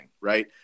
right